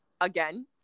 again